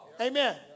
Amen